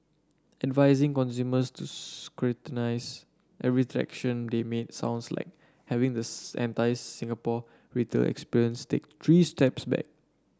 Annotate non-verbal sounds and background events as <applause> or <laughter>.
advising consumers to scrutinise every <unintelligible> they make sounds like having the <unintelligible> entire Singapore retail experience take three steps back